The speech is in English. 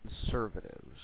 conservatives